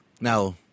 Now